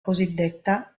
cosiddetta